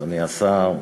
אדוני השר,